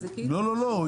לא, לא, לא.